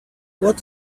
what